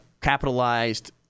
capitalized